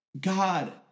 God